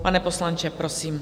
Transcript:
Pane poslanče, prosím.